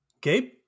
Gabe